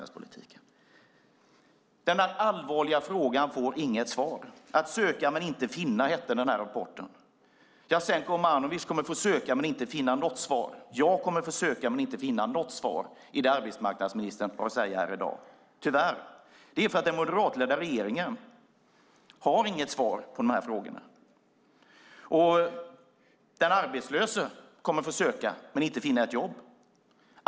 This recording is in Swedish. Denna allvarliga fråga får inget svar. Att söka men inte finna heter den här rapporten. Jasenko Omanovic kommer att få söka men inte finna något svar. Jag kommer att få söka men tyvärr inte finna något svar i det arbetsmarknadsministern har att säga här i dag. Det är för att den moderatledda regeringen inte har något svar på de här frågorna. Den som är arbetslös kommer att få söka men inte finna något jobb.